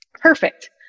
perfect